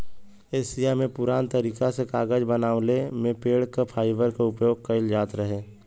Asia में पुरान तरीका से कागज बनवले में पेड़ क फाइबर क उपयोग कइल जात रहे